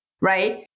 right